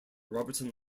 robertson